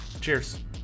Cheers